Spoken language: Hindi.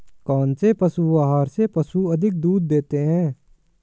कौनसे पशु आहार से पशु अधिक दूध देते हैं?